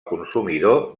consumidor